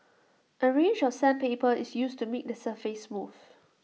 A range of sandpaper is used to make the surface smooth